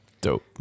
Dope